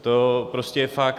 To prostě je fakt.